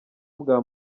bwa